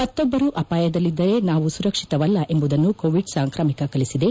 ಮತ್ತೊಬ್ಬರು ಅಪಾಯದಲ್ಲಿದ್ದರೆ ನಾವು ಸುರಕ್ವಿತವಲ್ಲ ಎಂಬುದನ್ನು ಕೋವಿಡ್ ಸಾಂಕ್ರಾಮಿಕ ಕಲಿಸಿದೆ